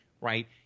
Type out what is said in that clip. right